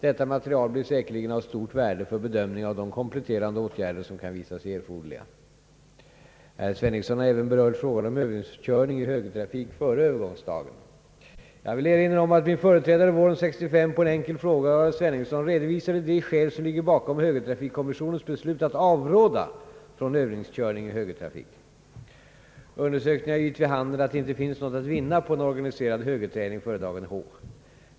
Detta material blir säkerligen av stort värde för bedömning av de kompletterande åtgärder som kan visa sig erforderliga. Herr Sveningsson har även berört frågan om övningskörning i högertrafik före övergångsdagen. Jag vill erinra om att min företrädare våren 1965 på en enkel fråga av herr Sveningsson redovisade de skäl som ligger bakom högertrafikkommissionens beslut att avråda från övningskörning i högertrafik. Undersökningar har givit vid handen att det inte finns något att vinna på en organiserad högerträning före dagen H.